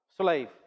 Slave